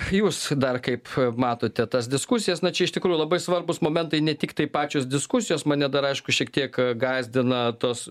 jūs dar kaip matote tas diskusijas na čia iš tikrųjų labai svarbūs momentai ne tiktai pačios diskusijos mane dar aišku šiek tiek gąsdina tos